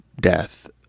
death